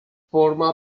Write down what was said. forma